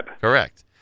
Correct